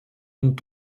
und